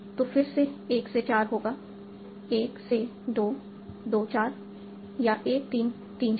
तो फिर से 1 से 4 होगा 1 से 2 2 4 या 1 3 3 4